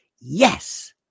yes